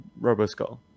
roboskull